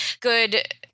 good